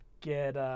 get